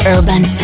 Urban